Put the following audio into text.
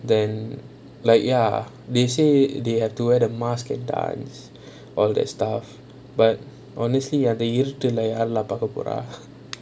then like ya they say they have to wear a mask and dance all that stuff but honestly ah அந்த இருட்டுல யாரு:antha irutula lah பாக்கப்போற:paakappora